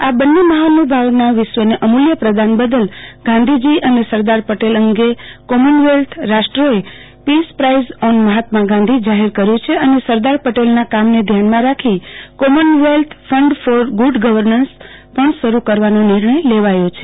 આ બંને મહાનુભાવોના વિશ્વને અમુલ્ય પ્રદાન બદલ ગાંધીજી અને સરદાર પટેલ અંગે કોમનવેલ્થ રાષ્ટ્રોએ peace prize on Mahatma Gandhi જાહેર કર્યું છે અને સરદાર પટેલના કામને ધ્યાનમાં રાખીને Commonwealth fund for good governance પણ શરૂ કરવાનો નિર્ણય લેવાયો છે